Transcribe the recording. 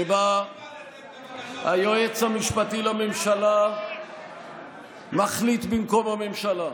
שבה היועץ המשפטי לממשלה מחליט במקום הממשלה.